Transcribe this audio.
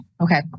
Okay